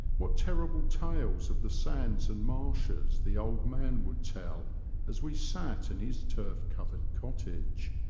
what terrible tales of the sands and marshes the old man would tell as we sat in his turf-covered cottage,